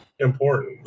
important